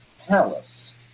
palace